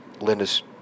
Linda's